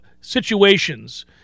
situations